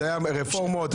רפורמות.